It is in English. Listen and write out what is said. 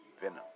Venom